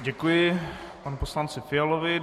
Děkuji panu poslanci Fialovi.